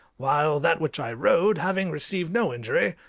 while that which i rode, having received no injury,